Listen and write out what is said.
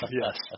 yes